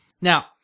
now